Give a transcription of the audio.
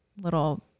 little